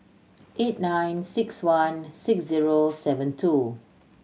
eight nine six one six zero seven two